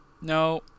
No